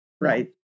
right